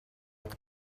with